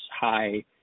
high